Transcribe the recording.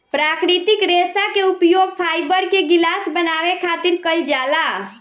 प्राकृतिक रेशा के उपयोग फाइबर के गिलास बनावे खातिर कईल जाला